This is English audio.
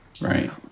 Right